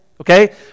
okay